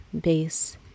base